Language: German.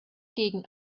gegen